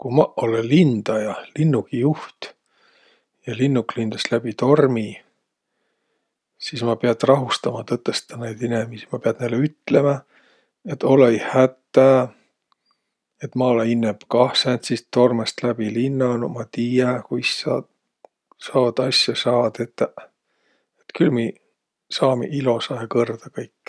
Ku maq olõ lindaja, linnugijuht ja linnuk lindas läbi tormi, sis ma piät rahustama tõtõstõ naid inemiisi. Ma piät näile ütlemä, et olõ-õi hätä, et ma olõ innemb kah sääntsist tormõst läbi linnanuq, et ma tiiä, kus sa- seod asja saa tetäq, et külh mi saamiq ilosahe kõrda kõik.